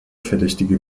verdächtige